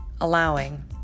allowing